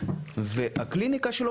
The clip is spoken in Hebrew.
והקליניקה שלו,